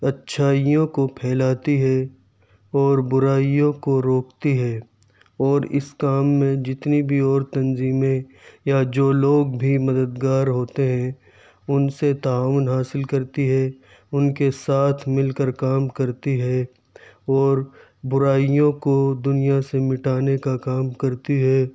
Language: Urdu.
اچھائیوں کو پھیلاتی ہے اور برائیوں کو روکتی ہے اور اس کام میں جتنی بھی اور تنظیمیں یا جو لوگ بھی مدد گار ہوتے ہیں ان سے تعاون حاصل کرتی ہے ان کے ساتھ مل کر کام کرتی ہے اور برائیوں کو دنیا سے مٹانے کا کام کرتی ہے